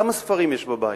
כמה ספרים יש בבית.